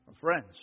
Friends